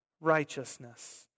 righteousness